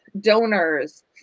donors